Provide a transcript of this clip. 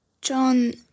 John